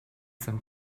them